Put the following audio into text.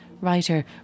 writer